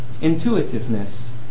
intuitiveness